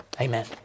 Amen